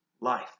life